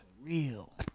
Real